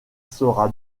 sera